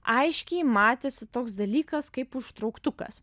aiškiai matėsi toks dalykas kaip užtrauktukas